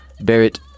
Barrett